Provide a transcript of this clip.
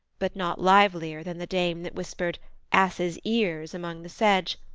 but not livelier than the dame that whispered asses ears', among the sedge,